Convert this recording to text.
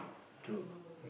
true